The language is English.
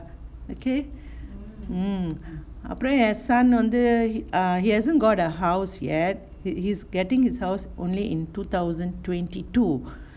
okay mm அப்புறம் ஏன்:aparam yen son வந்து:vanthu err he hasn't got a house yet he's getting his house only in two thousand twenty two